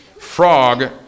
Frog